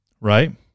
right